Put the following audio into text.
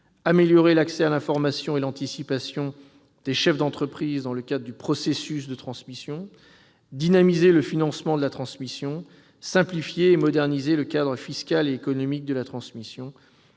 améliorer l'accès à l'information et l'anticipation des chefs d'entreprise dans le cadre du processus de transmission ; dynamiser le financement de la transmission ; simplifier et moderniser le cadre fiscal et économique de la transmission